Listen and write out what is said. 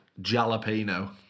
Jalapeno